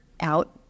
out